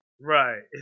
Right